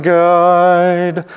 guide